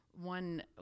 one